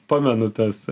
pamenu tas